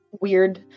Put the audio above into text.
weird